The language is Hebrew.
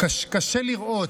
קשה לראות,